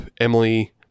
Emily